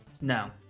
No